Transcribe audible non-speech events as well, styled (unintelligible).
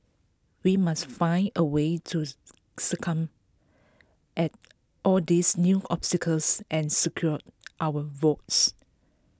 we must find A way to (unintelligible) at all these new obstacles and secure our votes